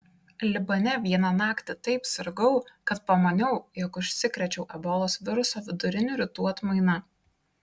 libane vieną naktį taip sirgau kad pamaniau jog užsikrėčiau ebolos viruso vidurinių rytų atmaina